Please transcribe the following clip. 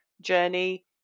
journey